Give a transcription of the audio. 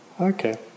Okay